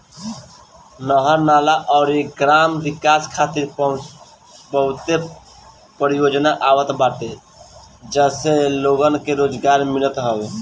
नहर, नाला अउरी ग्राम विकास खातिर बहुते परियोजना आवत बाटे जसे लोगन के रोजगार मिलत हवे